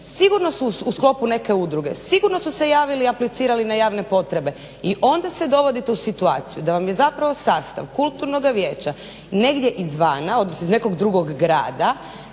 sigurno su u sklopu neke udruge, sigurno su se javili i aplicirali na javne potrebe i onda se dovodite u situaciju da vam je zapravo sastav kulturnoga vijeća negdje izvana, odnosno iz nekog drugog grada.